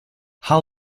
how